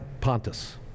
Pontus